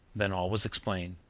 then all was explained.